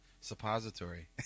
Suppository